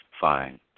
fine